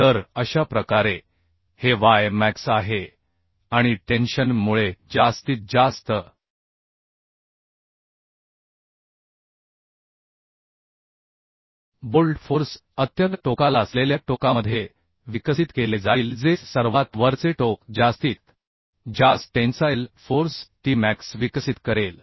तर अशा प्रकारे हे y मॅक्स आहे आणि टेन्शनमुळे जास्तीत जास्त बोल्ट फोर्स अत्यंत टोकाला असलेल्या टोकामध्ये विकसित केले जाईल जे सर्वात वरचे टोक जास्तीत जास्त टेन्साइल फोर्स t मॅक्स विकसित करेल